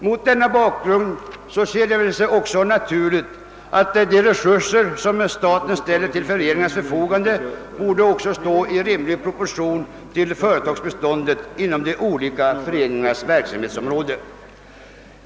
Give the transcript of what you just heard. Mot den bakgrunden ter det sig naturligt att de resurser staten ställer till föreningarnas förfogande står i rimlig proportion till företagsbeståndet inom de olika föreningarnas verksamhetsområden.